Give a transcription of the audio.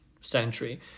century